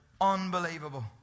unbelievable